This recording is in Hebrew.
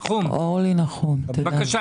אורלי נחום, בבקשה.